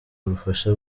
rufasha